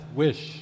wish